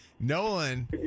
Nolan